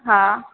हा